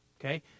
Okay